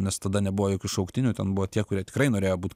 nes tada nebuvo jokių šauktinių ten buvo tie kurie tikrai norėjo būt